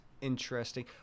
interesting